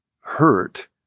hurt